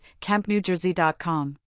CampNewJersey.com